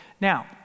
Now